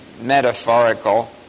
metaphorical